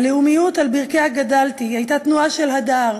הלאומיות שעל ברכיה גדלתי הייתה תנועה של הדר,